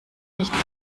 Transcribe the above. nicht